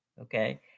okay